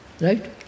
Right